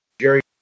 Jerry